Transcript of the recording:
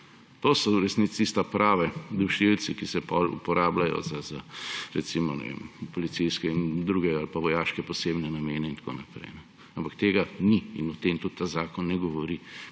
To so v resnici tisti pravi dušilci, ki se potem uporabljajo za, ne vem, policijske ali pa vojaške posebne namene in tako naprej. Ampak tega ni in o tem tudi ta zakon ne govori.